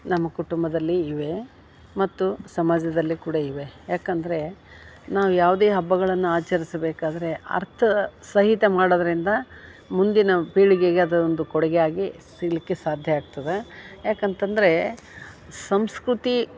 ನಮ್ಮ ಕುಟುಂಬದಲ್ಲಿ ಇವೆ ಮತ್ತು ಸಮಾಜದಲ್ಲಿ ಕೂಡ ಇವೆ ಯಾಕಂದರೆ ನಾವು ಯಾವುದೇ ಹಬ್ಬಗಳನ್ನ ಆಚರ್ಸ್ಬೇಕಾದರೆ ಅರ್ಥ ಸಹಿತ ಮಾಡೋದರಿಂದ ಮುಂದಿನ ಪೀಳಿಗೆಗೆ ಅದ ಒಂದು ಕೊಡುಗೆಯಾಗಿ ಸಿಗಲಿಕ್ಕೆ ಸಾಧ್ಯ ಆಗ್ತದೆ ಯಾಕಂತಂದರೆ ಸಂಸ್ಕೃತಿ